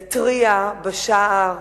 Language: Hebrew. נתריע בשער,